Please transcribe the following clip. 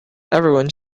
everyone